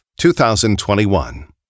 2021